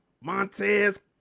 Montez